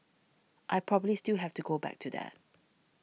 I probably still have to go back to that